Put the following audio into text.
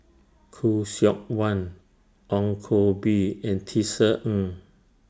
Khoo Seok Wan Ong Koh Bee and Tisa Ng